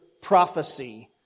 prophecy